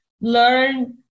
learn